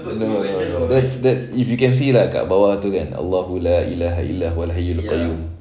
no no no that's that's if you can lah kat bawah tu kan